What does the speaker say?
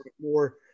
more